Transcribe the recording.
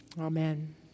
Amen